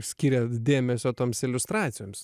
skyrėt dėmesio toms iliustracijoms